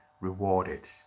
rewarded